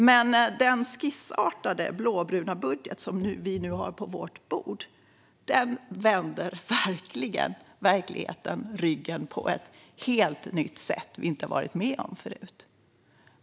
Den skissartade blåbruna budget vi nu har på vårt bord vänder dock verkligheten ryggen på ett helt nytt sätt - ett sätt vi inte varit med om förut.